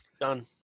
Done